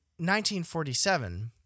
1947